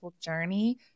journey